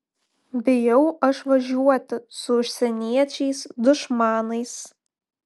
bijau aš važiuoti su užsieniečiais dušmanais